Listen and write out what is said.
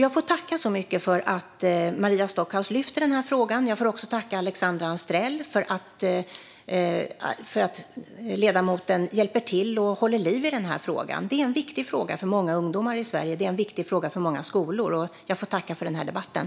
Jag tackar Maria Stockhaus för att hon lyfter upp frågan. Jag tackar även Alexandra Anstrell för att hon hjälper till att hålla liv i frågan. Den är viktig för många ungdomar i Sverige och för många skolor. Jag tackar för debatten.